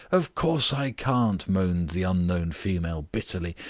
of course i can't, moaned the unknown female bitterly.